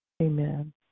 Amen